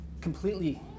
completely